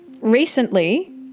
Recently